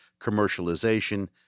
commercialization